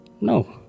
no